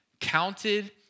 Counted